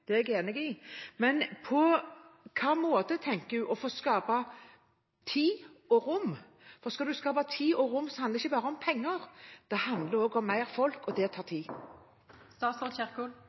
Det er jeg enig i. Men på hvilken måte tenker hun å få skapt tid og rom? For skal en skape tid og rom, handler det ikke bare om penger, det handler også om mer folk, og det tar